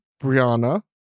Brianna